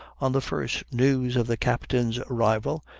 on the first news of the captain's arrival,